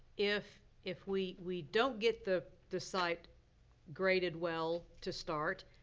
if if we we don't get the the site graded well to start,